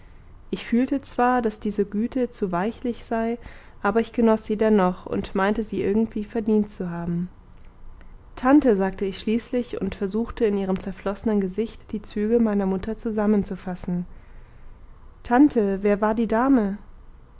ich fühlte zwar daß diese güte zu weichlich sei aber ich genoß sie dennoch und meinte sie irgendwie verdient zu haben tante sagte ich schließlich und versuchte in ihrem zerflossenen gesicht die züge meiner mutter zusammenzufassen tante wer war die dame